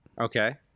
Okay